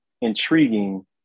intriguing